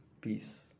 Peace